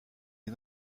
est